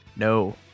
No